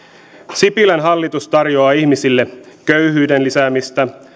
sipilän hallitus tarjoaa ihmisille köyhyyden lisäämistä